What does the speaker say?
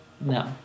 No